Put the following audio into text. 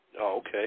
Okay